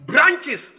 Branches